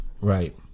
Right